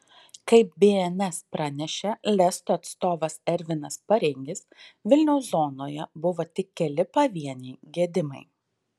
kaip bns pranešė lesto atstovas ervinas pareigis vilniaus zonoje buvo tik keli pavieniai gedimai